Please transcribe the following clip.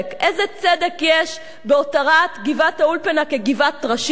איזה צדק יש בהותרת גבעת-האולפנה כגבעת טרשים,